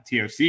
TOC